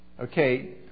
Okay